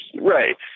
Right